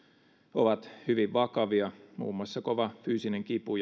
ovat hyvin vakavia muun muassa kova fyysinen kipu